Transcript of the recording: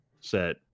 set